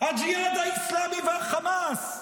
הג'יהאד האסלאמי והחמאס.